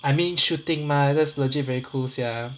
I mean shooting mah that's legit very cool sia